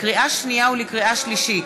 לקריאה שנייה ולקריאה שלישית: